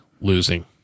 losing